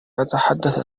أتحدث